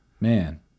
Man